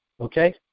Okay